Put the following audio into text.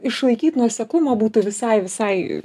išlaikyt nuoseklumą būtų visai visai